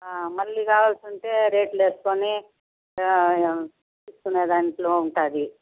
మళ్ళీ రావల్సి ఉంటే రేట్లు వేసుకుని చూసుకునే దాంట్లో ఉంటుంది